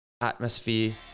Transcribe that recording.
atmosphere